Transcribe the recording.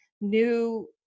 new